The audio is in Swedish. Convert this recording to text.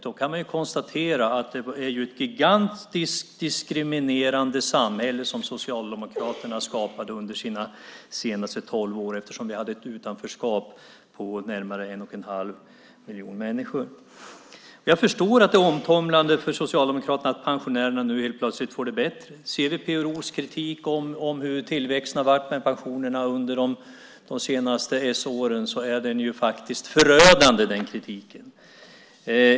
Då kan man konstatera att det var ett gigantiskt diskriminerande samhälle som Socialdemokraterna skapade under sina senaste tolv år. Vi hade ett utanförskap på närmare en och en halv miljon människor. Jag förstår att det är omtumlande för Socialdemokraterna att pensionärerna nu helt plötsligt får det bättre. Ser vi till PRO:s kritik om hur tillväxten har varit för pensionerna under de senaste s-åren är den förödande.